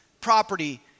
property